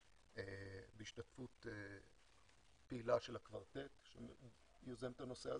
בהשתתפות פעילה של הקוורטט שיוזם את הנושא הזה.